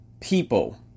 people